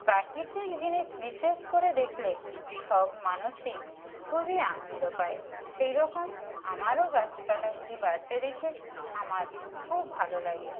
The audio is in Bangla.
প্রাকৃতিক জিনিস বিশেষ করে দেখলে সব মানুষই খুবই আনন্দ পায় সেই রকম আমারও গাছপালাগুলি বাড়তে দেখে আমার খুব ভালো লাগে